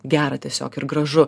gera tiesiog ir gražu